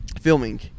Filming